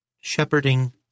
shepherding